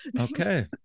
Okay